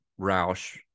Roush